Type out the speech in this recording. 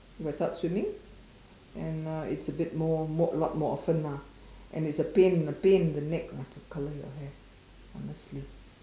if I start swimming and uh it's a bit more more lot more often lah and it's a pain a pain in the neck ah to color your hair honestly